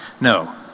no